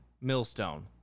millstone